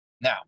Now